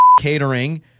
Catering